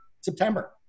September